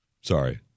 Sorry